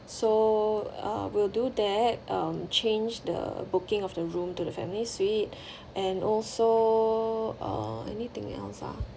so uh we'll do that um change the booking of the room to the family suite and also uh anything else ah